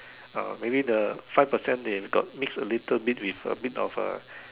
uh maybe the five percent they got mix a little bit with a bit of uh